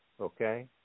okay